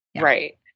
Right